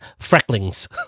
Frecklings